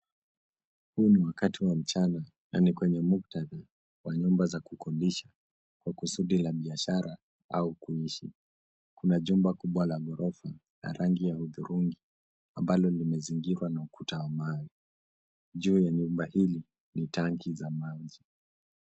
Huu ni wakati wa mchana na ni kwenye muktadha wa nyumba za kukodisha kwa kusudi za biashara au kuishi, kuna jumba kubwa la gorofa la rangi ya hudhurungi ambalo limezungkwa na ukuta wa mawe. Juu ya nyumba hili ni tanki za maji.